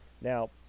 now